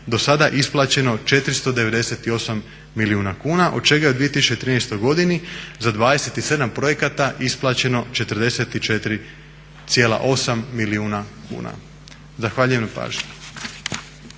dosada isplaćeno 498 milijuna kuna, od čega je u 2013. godini za 27 projekata isplaćeno 44,8 milijuna kuna. Zahvaljujem na pažnji.